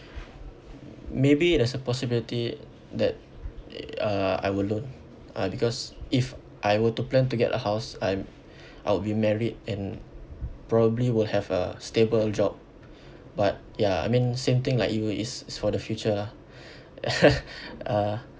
maybe there's a possibility that uh I will loan uh because if I were to plan to get a house I'm I'll be married and probably will have a stable job but ya I mean same thing like you it's it's for the future lah uh